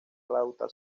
flauta